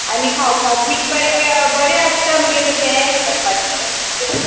आनी खावपाक बीन बरें बरें आसता मगे तशें खावपाचें